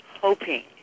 hoping